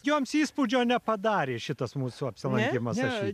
joms įspūdžio nepadarė šitas mūsų apsilankymas